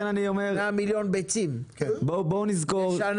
100 מיליון ביצים בשנה?